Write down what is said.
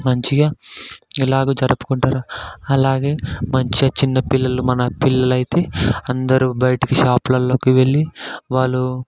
మంచిగా ఇలాగ జరుపుకుంటారు అలాగే మంచిగ చిన్నపిల్లలు మన పిల్లలైతే అందరూ బయటకి షాప్లల్లోకి వెళ్ళి వాళ్ళు